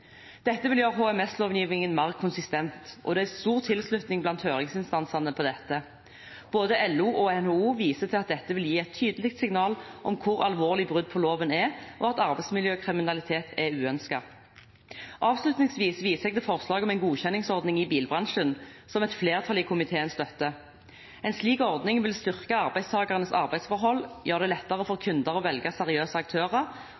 Dette vil gjøre HMS-lovgivningen mer konsistent, og det er stor tilslutning blant høringsinstansene til dette. Både LO og NHO viser til at dette vil gi et tydelig signal om hvor alvorlig brudd på loven er, og at arbeidsmiljøkriminalitet er uønsket. Avslutningsvis viser jeg til forslaget om en godkjenningsordning i bilbransjen, som et flertall i komiteen støtter. En slik ordning vil styrke arbeidstakernes arbeidsforhold, gjøre det lettere for kunder å velge seriøse aktører